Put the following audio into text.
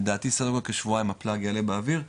לדעתי סדר גודל כשבועיים ה-plug יעלה באויר,